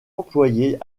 employé